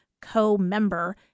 co-member